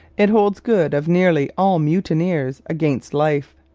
it holds good of nearly all mutineers against life.